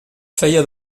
feia